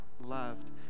loved